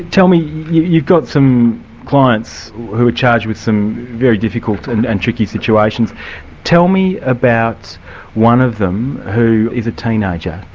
tell me, you've got some clients who are charged with some very difficult and and tricky situations tell me about one of them who is a teenager.